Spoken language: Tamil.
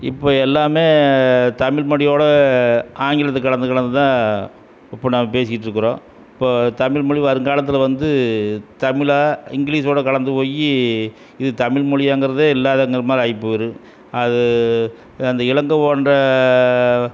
இப்போ எல்லாமே தமிழ் மொழியோட ஆங்கிலத்தை கலந்து கலந்து தான் இப்போ நாம் பேசிகிட்டு இருக்கிறோம் இப்போ தமிழ்மொழி வருங்காலத்தில் வந்து தமிழா இங்கிலீஷோட கலந்து போய் இது தமிழ் மொழியாங்கிறதே இல்லாதுங்கிற மாதிரி ஆயிப்போயிடுது அது அந்த இலங்கை போன்ற